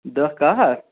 دہ کَہہ ہَہ